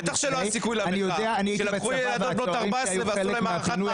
לא היה סיכוי למחאה כי לקחו ילדות בנות 14 ועשו להן הארכת מעצר.